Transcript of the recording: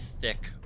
thick